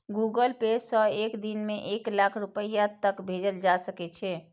Google Pay सं एक दिन मे एक लाख रुपैया तक भेजल जा सकै छै